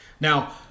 now